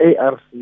ARC